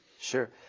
Sure